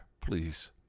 please